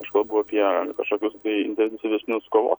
aš kalbu apie kažkokius intensyvesnius kovo